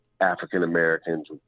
African-Americans